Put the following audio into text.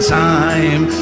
time